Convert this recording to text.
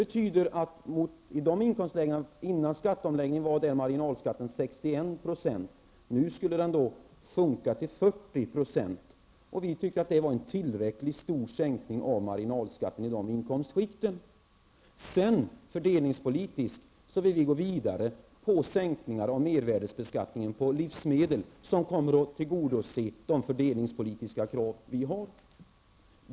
Innan skatteomläggningen var marginalskatten för samma inkomstläge 61 %. Nu skulle marginalskatten sjunka till 40 %, och vi ansåg att den säkningen var tillräckligt stor för dessa inkomstskikt. För att det skall bli en fördelningspolitisk effekt vill vi sedan gå vidare och sänka mervärdeskatten på livsmedel, vilket tillgodoser de fördelningspolitiska krav som vi har.